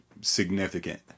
significant